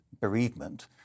bereavement